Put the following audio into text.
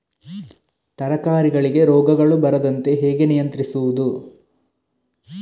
ತರಕಾರಿಗಳಿಗೆ ರೋಗಗಳು ಬರದಂತೆ ಹೇಗೆ ನಿಯಂತ್ರಿಸುವುದು?